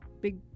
big